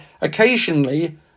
occasionally